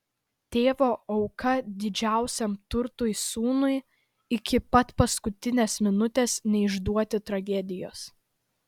tėvo auka didžiausiam turtui sūnui iki pat paskutinės minutės neišduoti tragedijos